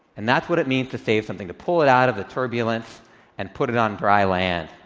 and that's what it means to save something, to pull it out of the turbulence and put it on dry land.